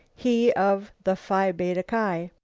he of the phi beta ki.